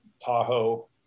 Tahoe